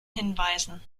hinweisen